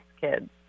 kids